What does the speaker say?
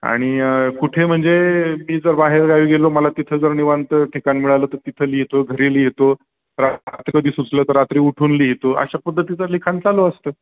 आणि कुठे म्हणजे मी जर बाहेरगावी गेलो मला तिथं जर निवांत ठिकाण मिळालं तर तिथं लिहितो घरी लिहितो रात्री कधी सुचलं तर रात्री उठून लिहितो अशा पद्धतीचं लिखाण चालू असतं